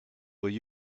will